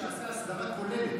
שיעשה אסדרה כוללת.